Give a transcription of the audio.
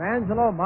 Angelo